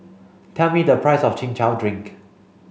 tell me the price of chin chow drink